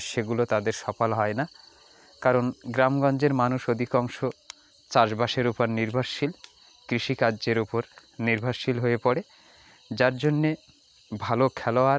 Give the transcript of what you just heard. সেগুলো তাদের সফল হয় না কারণ গ্রামগঞ্জের মানুষ অধিকাংশ চাষবাসের উপর নির্ভরশীল কৃষিকার্যের উপর নির্ভরশীল হয়ে পড়ে যার জন্যে ভালো খেলোয়াড়